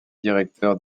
directeur